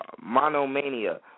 monomania